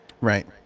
Right